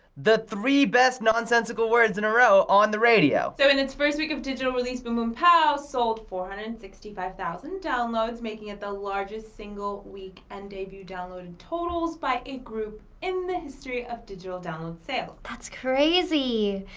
the three best nonsensical words in a row on the radio. so, in its first week of digital release, boom boom pow sold four hundred and sixty five thousand downloads, making it the largest single week and debut downloaded totals by a group in the history of digital download sales. that's crazy.